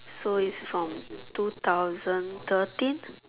so its from two thousand thirteen